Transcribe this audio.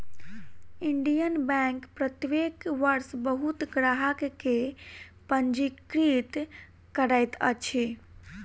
Indian Bank प्रत्येक वर्ष बहुत ग्राहक के पंजीकृत करैत अछि